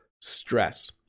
stress